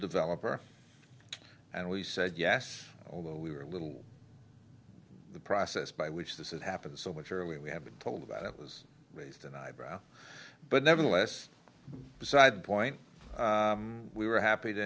developer and he said yes although we were a little the process by which this it happened so much earlier we had been told about it was raised an eyebrow but nevertheless beside the point we were happy to